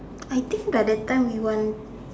I think by the time we want